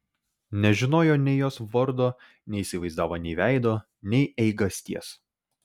nežinojo nei jos vardo neįsivaizdavo nei veido nei eigasties